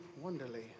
Wonderly